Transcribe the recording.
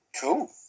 Cool